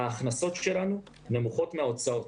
ההכנסות שלנו נמוכות מן ההוצאות.